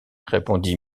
répondit